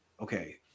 okay